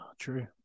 True